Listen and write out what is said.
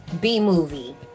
B-movie